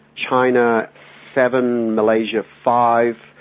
china seven, malaysia five,